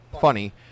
funny